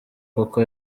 koko